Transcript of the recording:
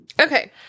Okay